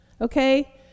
Okay